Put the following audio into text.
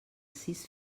sis